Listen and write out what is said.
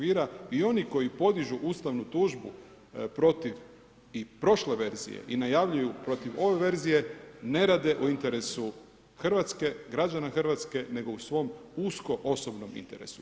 I oni koji podižu ustavnu tužbu protiv i prošle verzije i najavljuju protiv ove verzije ne rade u interesu Hrvatske, građana hrvatske nego u svom usko osobnom interesu.